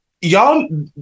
y'all